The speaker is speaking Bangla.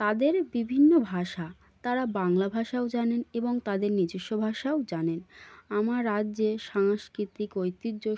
তাদের বিভিন্ন ভাষা তারা বাংলা ভাষাও জানেন এবং তাদের নিজেস্ব ভাষাও জানেন আমার রাজ্যে সাংস্কৃতিক ঐতিহ্য